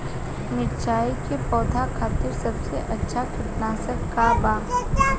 मिरचाई के पौधा खातिर सबसे अच्छा कीटनाशक का बा?